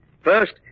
First